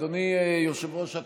אני מוסיף את